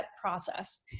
process